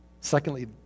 Secondly